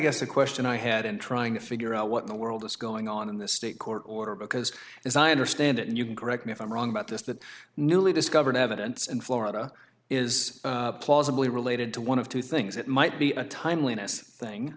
guess the question i had in trying to figure out what the world is going on in the state court order because as i understand it and you can correct me if i'm wrong about this that newly discovered evidence in florida is plausibly related to one of two things it might be a timeliness thing